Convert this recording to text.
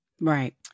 right